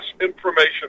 information